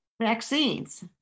vaccines